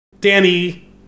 Danny